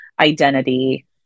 identity